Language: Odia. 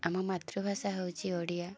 ଆମ ମାତୃଭାଷା ହେଉଛି ଓଡ଼ିଆ